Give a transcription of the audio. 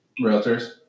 realtors